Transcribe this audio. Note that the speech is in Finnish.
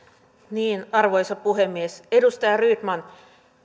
arvoisa puhemies edustaja rydman